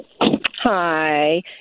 Hi